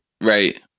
Right